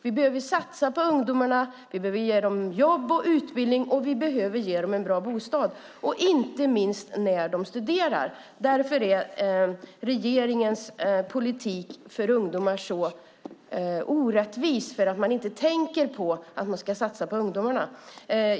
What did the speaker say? Vi behöver satsa på ungdomarna, vi behöver ge dem jobb och utbildning och vi behöver ge dem bra bostad - inte minst när de studerar. Därför är regeringens politik för ungdomar så orättvis. Man tänker inte på att satsa på ungdomarna.